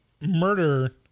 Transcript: murder